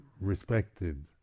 respected